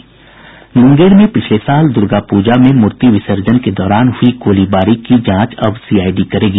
मुंगेर में पिछले साल दुर्गा पूजा में मूर्ति विर्सजन के दौरान हुई गोलीकांड की जांच अब सीआईडी करेगी